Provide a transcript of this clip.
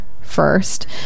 first